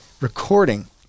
recording